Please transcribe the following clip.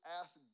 ask